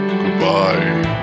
Goodbye